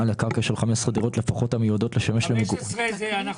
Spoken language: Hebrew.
על הקרקע של 15 דירות לפחות --- את המספר 15 אנחנו נשנה.